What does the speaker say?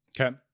Okay